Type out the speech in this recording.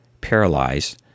paralyzed